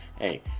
Hey